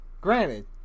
granted